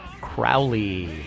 Crowley